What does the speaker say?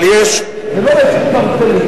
זה לא עסק פרטני,